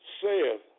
saith